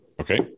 Okay